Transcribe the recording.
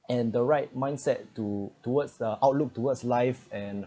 and the right mindset to towards the outlook towards life and